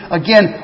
again